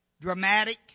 Dramatic